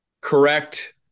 correct